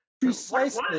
Precisely